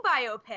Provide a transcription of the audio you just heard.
biopic